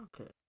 Okay